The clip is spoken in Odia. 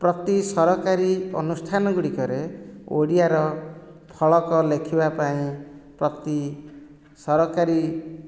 ପ୍ରତି ସରକାରୀ ଅନୁଷ୍ଠାନ ଗୁଡ଼ିକରେ ଓଡ଼ିଆର ଫଳକ ଲେଖିବାପାଇଁ ପ୍ରତି ସରକାରୀ